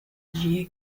dia